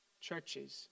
churches